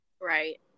Right